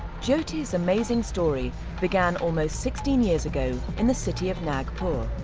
jyoti's amazing story began almost sixteen years ago in the city of nagpur.